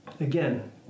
again